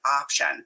option